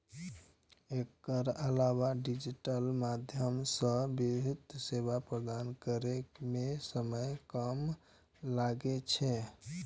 एकर अलावा डिजिटल माध्यम सं वित्तीय सेवा प्रदान करै मे समय कम लागै छै